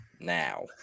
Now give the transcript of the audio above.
Now